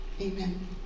Amen